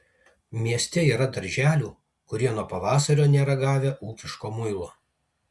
mieste yra darželių kurie nuo pavasario nėra gavę ūkiško muilo